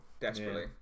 Desperately